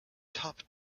top